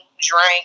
drink